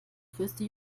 größte